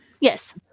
yes